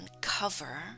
cover